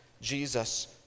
Jesus